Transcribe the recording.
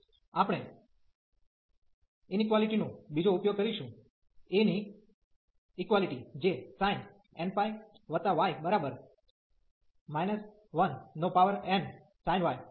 તેથી આપણે ઇનક્વાલીટી નો બીજો ઉપયોગ કરીશું a ની ઇક્વાલીટી જે sin nπy 1nsin y